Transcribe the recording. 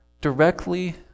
directly